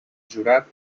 jurat